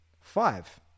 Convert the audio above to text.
Five